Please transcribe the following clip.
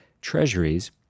treasuries